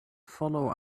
follow